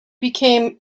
became